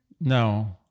No